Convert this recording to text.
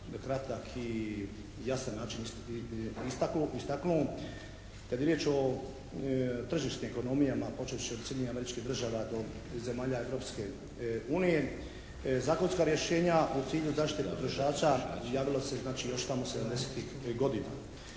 dosta kratak i jasan način istaknuo kad je riječ o tržišnim ekonomijama počevši od Sjedinjenih Američkih Država do zemalja Europske unije zakonska rješenja u cilju zaštite potrošača javilo se znači tamo 70-tih godina.